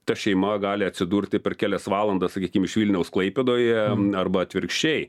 ta šeima gali atsidurti per kelias valandas sakykim iš vilniaus klaipėdoje arba atvirkščiai